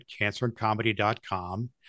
cancerandcomedy.com